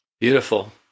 Beautiful